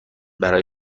برای